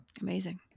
Amazing